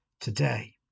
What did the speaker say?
today